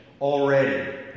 already